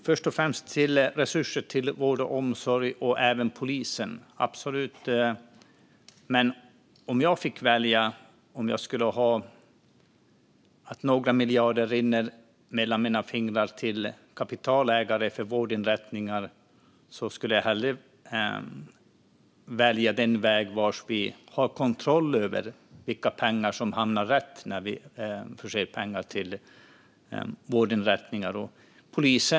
Först och främst: om jag fick välja om några miljarder skulle rinna mellan mina fingrar till kapitalägare av vårdinrättningar eller om de skulle gå den väg där vi har kontroll över att pengarna hamnar rätt och går till vård och omsorg och även till polisen skulle jag hellre välja det senare alternativet.